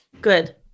Good